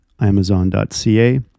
Amazon.ca